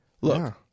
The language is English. Look